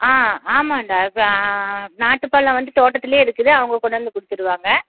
ஆ ஆமான்டா நாட்டு பழம் வந்து தோட்டத்துலையே இருக்குது அவங்க கொண்டு வந்து கொடுத்துருவாங்க